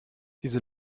diese